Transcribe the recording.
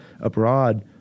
abroad